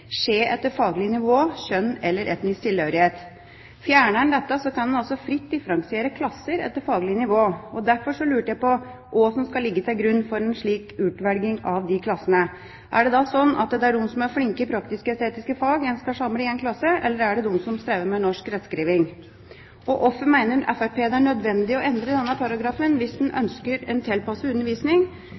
etter fagleg nivå, kjønn eller etnisk tilhør». Fjerner man dette, kan man altså fritt differensiere klasser etter faglig nivå. Derfor lurer jeg på om hva som skal ligge til grunn for en slik utvelging av de klassene. Er det sånn at det er de som er flinke i praktisk-estetiske fag en skal samle i en klasse, eller er det de som strever med norsk rettskrivning? Hvorfor mener Fremskrittspartiet det er nødvendig å endre denne paragrafen hvis en ønsker en tilpasset undervisning,